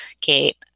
Kate